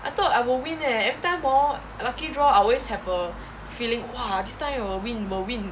I thought I will win eh every time hor lucky draw I always have a feeling !wah! this time I will win will win